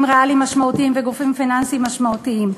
ריאליים משמעותיים וגופים פיננסיים משמעותיים,